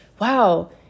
wow